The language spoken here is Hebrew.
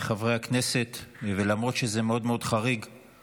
חברי הכנסת המבקשים לדבר